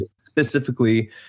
specifically